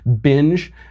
Binge